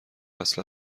اصلا